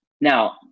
Now